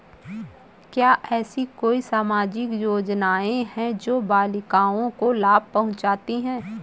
क्या ऐसी कोई सामाजिक योजनाएँ हैं जो बालिकाओं को लाभ पहुँचाती हैं?